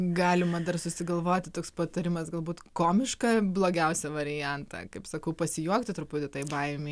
galima dar susigalvoti toks patarimas galbūt komišką blogiausią variantą kaip sakau pasijuokti truputį tai baimei